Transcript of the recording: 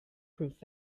proof